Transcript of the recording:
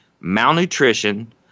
malnutrition